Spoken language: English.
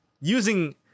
using